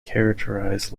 characterized